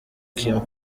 kim